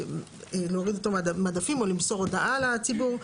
להוריד אותו מהמדפים או למסור הודעה לציבור.